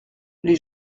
les